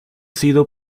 sido